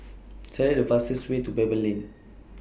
Select The fastest Way to Pebble Lane